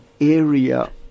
area